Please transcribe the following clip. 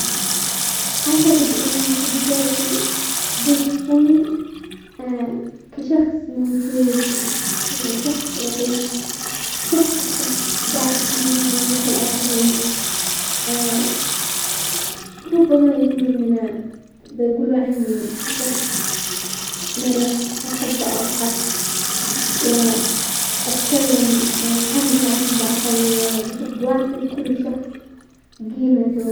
اعتقد انه صديقاتي بيوصفوني كشخص موثوق، وشخص لطيف، وشخص يحب دعم و مومعاونة الاخرين، آآ وربما يقولون ان انا بيقولوا عني شخص مرح، واحب اضحك، واتكلم او اتعامل معاهم بعفوية وبحب واعطي كل شخص قيمته.